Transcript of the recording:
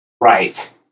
Right